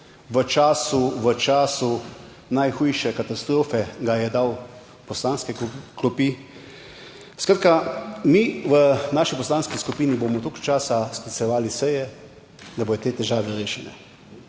v času najhujše katastrofe ga je dal v poslanske klopi. Skratka, mi v naši poslanski skupini bomo toliko časa sklicevali seje, da bodo te težave rešene.